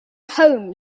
holm